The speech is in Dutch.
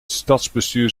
stadsbestuur